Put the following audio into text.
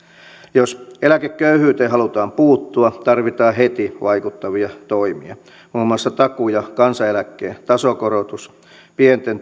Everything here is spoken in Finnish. jos eläkeköyhyyteen halutaan puuttua tarvitaan heti vaikuttavia toimia muun muassa takuu ja kansaneläkkeen tasokorotus pienten